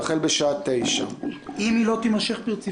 תחל בשעה 9:00. אם היא לא תימשך ברציפות?